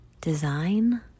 design